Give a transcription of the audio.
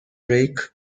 break